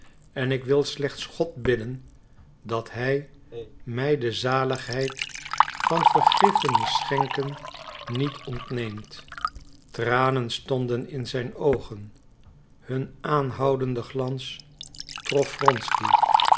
en ik wil slechts god bidden dat hij mij de zaligheid van vergiffenis schenken niet ontneemt tranen stonden in zijn oogen hun aanhoudende glans trof